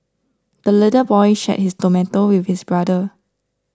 the little boy shared his tomato with his brother